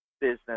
business